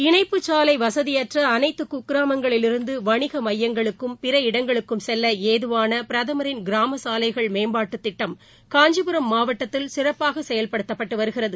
இணைப்புச்சாலை வசதியற்ற அனைத்து குக்கிராமங்களிலிருந்து வணிக மையங்களுக்கும் பிற இடங்களுக்கும் செல்ல ஏதுவான பிரதமின் கிராம சாலைகள் மேம்பாட்டுத் திட்டம் காஞ்சிபுரம் மாவட்டத்தில் சிறப்பாக செயல்படுத்தப்பட்டு வருகிறது